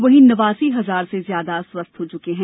वहीं नवासी हजार से ज्यादा स्वस्थ हो चुके हैं